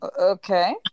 Okay